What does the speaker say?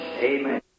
Amen